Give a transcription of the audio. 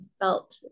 felt